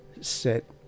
Set